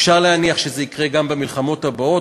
אפשר להניח שזה יקרה גם במלחמות הבאות,